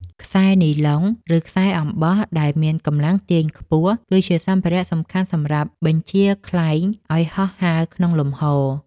ខ្សែនីឡុង ឬខ្សែអំបោះដែលមានកម្លាំងទាញខ្ពស់ គឺជាសម្ភារៈសំខាន់សម្រាប់បញ្ជាខ្លែងឱ្យហោះហើរក្នុងលំហ។